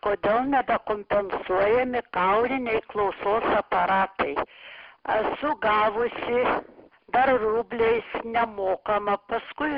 kodėl nebekompensuojami kauliniai klausos aparatai esu gavusi dar rubliais nemokamą paskui